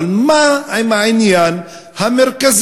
אבל מה עם העניין המרכזי,